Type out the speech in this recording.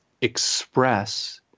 express